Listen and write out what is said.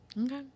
Okay